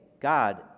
God